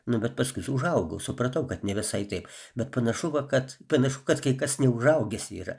nu bet paskui su užaugau supratau kad ne visai taip bet panašu va kad panašu kad kai kasni užaugęs yra